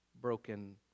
broken